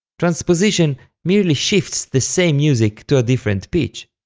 transposition merely shifts the same music to a different pitch,